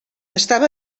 estava